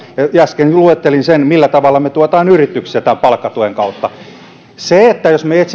ja äsken luettelin millä tavalla me tuemme yrityksiä palkkatuen kautta jos me